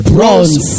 Bronze